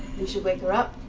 we should wake her up.